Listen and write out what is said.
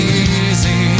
easy